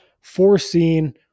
foreseen